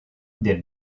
des